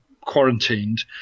quarantined